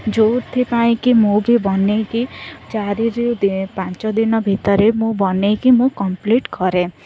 ଯେଉଁଥିପାଇଁ କି ମୁଁ ବି ବନେଇକି ଚାରିରୁ ପାଞ୍ଚ ଦିନ ଭିତରେ ମୁଁ ବନେଇକି ମୁଁ କମ୍ପ୍ଲିଟ୍ କରେ